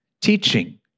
teaching